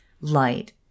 light